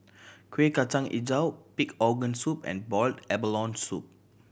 Kueh Kacang Hijau pig organ soup and boiled abalone soup